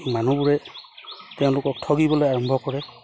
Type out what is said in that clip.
মানুহবোৰে তেওঁলোকক ঠগিবলে আৰম্ভ কৰে